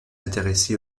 intéressé